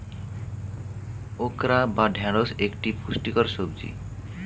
okra বা ঢ্যাঁড়স একটি পুষ্টিকর সবজি